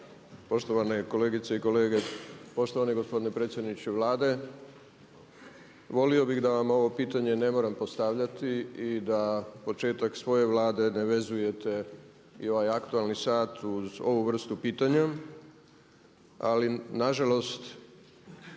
Poštovane kolegice i kolege. Poštovani gospodine predsjedniče Vlade. Volio bih da vam ovo pitanje ne moram postavljati i da početak svoje Vlade ne vezujete i ovaj Aktualni sat uz ovu vrstu pitanja, ali nažalost